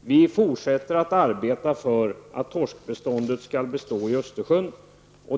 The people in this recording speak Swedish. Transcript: Vi fortsätter att arbeta för att torskbeståndet skall bestå i Östersjön.